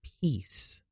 peace